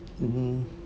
mmhmm